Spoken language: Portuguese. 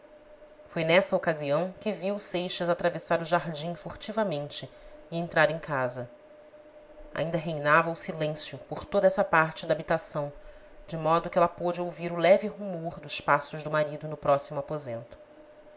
foi nessa ocasião que viu seixas atravessar o jardim furtivamente e entrar em casa ainda reinava o silêncio por toda essa parte da habitação de modo que ela pôde ouvir o leve rumor dos passos do marido no próximo aposento